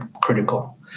critical